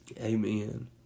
Amen